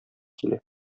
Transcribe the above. килә